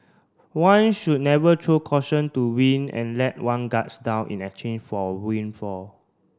one should never throw caution to wind and let one guards down in exchange for windfall